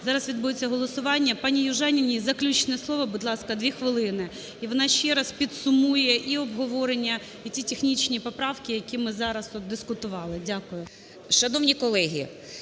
зараз відбудеться голосування. Пані Южаніній заключне слово, будь ласка, 2 хвилини. І вона ще раз підсумує і обговорення, і ті технічні поправки, які ми зараз тут дискутували. Дякую.